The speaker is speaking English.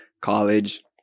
college